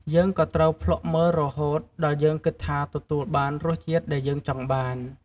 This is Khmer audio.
យើងក៏ត្រូវភ្លក់មើលរហូតដល់យើងគិតថាទទួលបានរសជាតិដែលយើងចង់បាន។